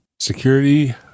Security